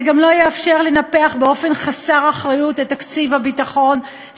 זה גם לא יאפשר לנפח באופן חסר אחריות את תקציב הביטחון,